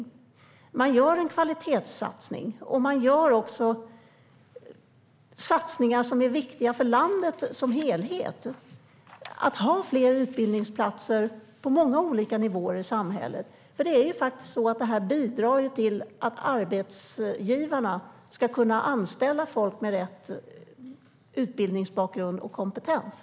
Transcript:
Regeringen gör en kvalitetssatsning och också satsningar som är viktiga för landet som helhet genom att ha fler utbildningsplatser på många olika nivåer i samhället. Det bidrar till att arbetsgivarna ska kunna anställa människor med rätt utbildningsbakgrund och kompetens.